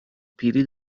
پیری